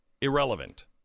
irrelevant